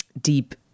deep